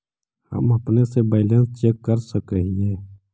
हम अपने से बैलेंस चेक कर सक हिए?